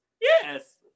Yes